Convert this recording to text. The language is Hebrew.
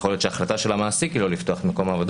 יכול להיות שההחלטה של המעסיק היא לא לפתוח את מקום העבודה.